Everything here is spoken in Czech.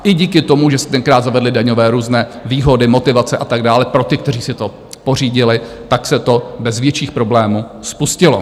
I díky tomu, že jsme tenkrát zavedli různé daňové výhody, motivace a tak dále, pro ty, kteří si to pořídili, tak se to bez větších problémů spustilo.